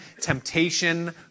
temptation